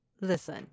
listen